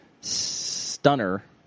stunner